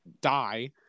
die